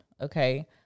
Okay